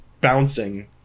bouncing